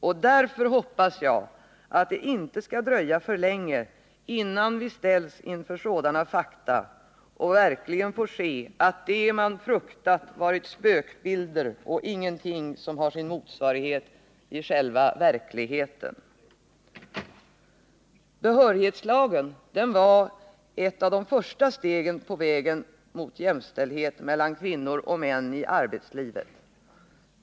Och därför hoppas jag, att det inte skall dröja för länge, innan vi ställas inför sådana fakta, och verkligen få se, att det man fruktat varit spökbilder och ingenting, som har sin motsvarighet i själva verkligheten.” Behörighetslagen var ett av de första stegen på vägen mot jämställdhet mellan kvinnor och män i arbetslivet.